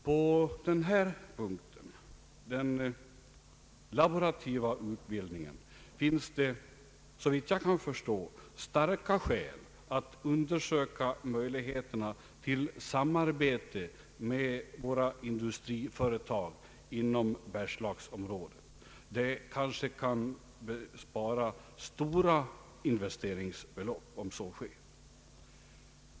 Beträffande den laborativa utbildningen finns det, såvitt jag kan förstå, starka skäl att undersöka möjligheterna till samarbete med våra industriföretag inom Bergslagsområdet. Det kanske kan spara stora investeringsbelopp om så sker.